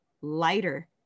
lighter